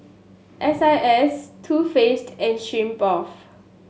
S I S Too Faced and Smirnoff